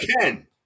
Ken